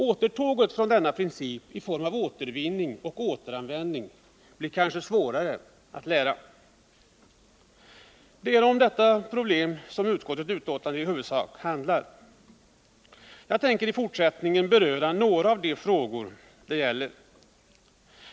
Återtåget från denna princip i form av återvinning och återanvändning blir kanske svårare att lära sig. Det är detta problem som utskottets betänkande i huvudsak handlar om. Jag tänker i fortsättningen beröra några av de frågor som det gäller.